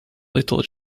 little